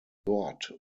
dort